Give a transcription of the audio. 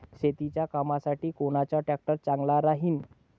शेतीच्या कामासाठी कोनचा ट्रॅक्टर चांगला राहीन?